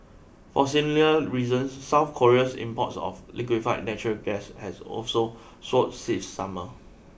for similar reasons South Korea's imports of liquefied natural gas have also soared since summer